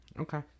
Okay